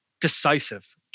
decisive